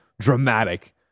dramatic